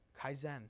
Kaizen